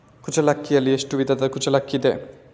ಕುಚ್ಚಲಕ್ಕಿಯಲ್ಲಿ ಎಷ್ಟು ವಿಧದ ಕುಚ್ಚಲಕ್ಕಿ ಇದೆ?